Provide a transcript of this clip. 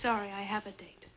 sorry i have a date